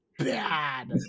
Bad